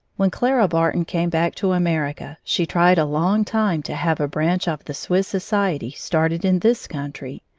when clara barton came back to america, she tried a long time to have a branch of the swiss society started in this country,